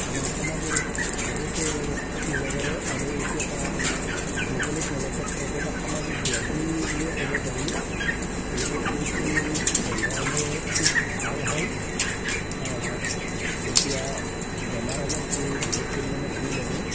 আমাৰ সমাজৰ বহোতো ক্ষতি হ'ব পাৰে আৰু এইটো এটা মুকলিত মলত্যাগ কৰাটো এটা সামাজিক ব্যাধি বুলিয়ে ক'ব পাৰি গতিকে এইটো বন্ধ হ'লে খুব ভাল হয় তেতিয়া বেমাৰ আজাৰটো বহুত পৰিমাণে কমি যাব